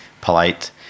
polite